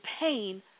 pain